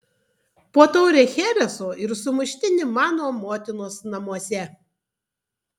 po taurę chereso ir sumuštinį mano motinos namuose